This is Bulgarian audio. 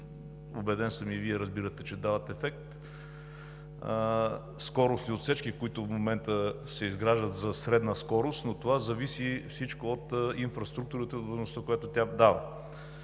убеден съм, че и Вие разбирате, че дават ефект, скоростни отсечки, които в момента се изграждат за средна скорост, но всичко това зависи от инфраструктурата и отговорността, която тя дава.